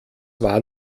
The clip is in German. war